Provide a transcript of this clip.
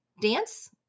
dance